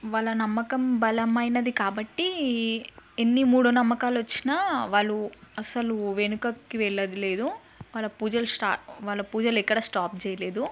వాళ్ల నమ్మకం బలమైనది కాబట్టి ఎన్ని మూఢనమ్మకాలు వచ్చిన వాళ్ళు అసలు వెనుకకు వెళ్ళేది లేదు వాళ్ళ పూజలు స్టార్ట్ వాళ్ళ పూజలు ఎక్కడ స్టాప్ చేయలేదు